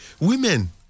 women